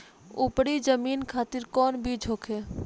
उपरी जमीन खातिर कौन बीज होखे?